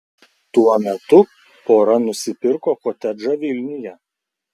tuo metu pora nusipirko kotedžą vilniuje